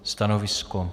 Stanovisko?